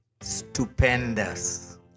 stupendous